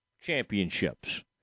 championships